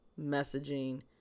messaging